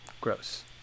gross